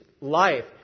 life